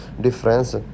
difference